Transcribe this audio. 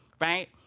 right